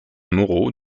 moreau